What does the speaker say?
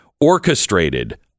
orchestrated